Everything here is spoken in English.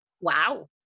wow